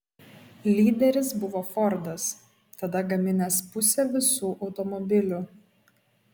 lyderis buvo fordas tada gaminęs pusę visų automobilių